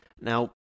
Now